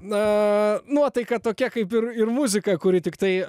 na nuotaika tokia kaip ir ir muzika kuri tiktai